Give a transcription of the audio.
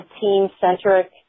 team-centric